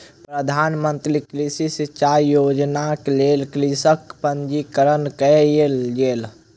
प्रधान मंत्री कृषि सिचाई योजनाक लेल कृषकक पंजीकरण कयल गेल